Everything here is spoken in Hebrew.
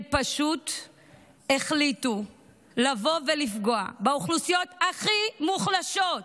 הם פשוט החליטו לפגוע באוכלוסיות הכי מוחלשות: